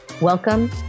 Welcome